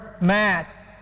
math